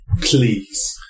Please